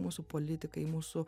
mūsų politikai mūsų